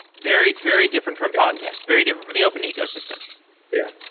very very different from podcast. very different from the open ecosystem yeah.